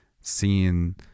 seeing